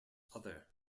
other